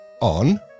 on